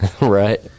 Right